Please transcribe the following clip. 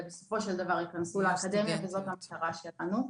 בסופו של דבר יכנסו לאקדמיה וזאת המטרה שלנו.